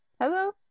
Hello